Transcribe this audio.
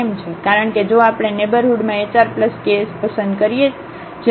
કારણ કે જો આપણે નેઇબરહુડમાં hrks પસંદ કરીએ જેમ કે આ કે 0 છે